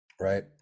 right